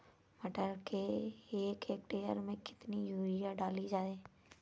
मटर के एक हेक्टेयर में कितनी यूरिया डाली जाए?